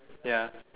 ya